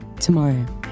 tomorrow